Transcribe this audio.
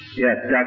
Yes